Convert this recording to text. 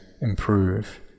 improve